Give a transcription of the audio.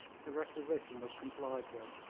the requisition was complied with,